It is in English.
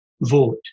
vote